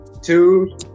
two